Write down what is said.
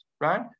right